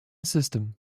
system